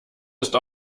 ist